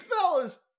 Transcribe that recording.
fellas